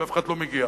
ואף אחד לא מגיע.